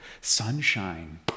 Sunshine